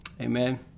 Amen